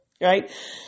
Right